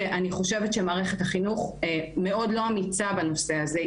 אני חושבת שמערכת החינוך מאוד לא אמיצה בנושא הזה,